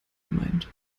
gemeint